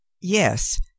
Yes